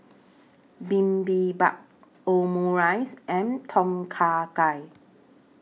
Bibimbap Omurice and Tom Kha Gai